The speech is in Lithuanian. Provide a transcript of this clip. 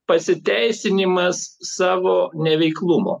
pasiteisinimas savo neveiklumo